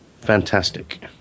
Fantastic